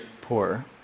poor